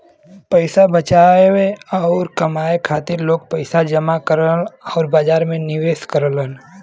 पैसा बचावे आउर कमाए खातिर लोग पैसा जमा करलन आउर बाजार में निवेश करलन